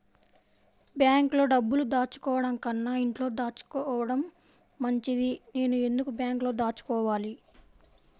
బ్యాంక్లో డబ్బులు దాచుకోవటంకన్నా ఇంట్లో దాచుకోవటం మంచిది నేను ఎందుకు బ్యాంక్లో దాచుకోవాలి?